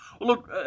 Look